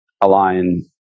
align